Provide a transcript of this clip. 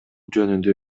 жөнүндө